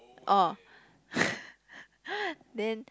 oh then